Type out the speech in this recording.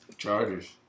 Chargers